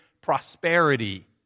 prosperity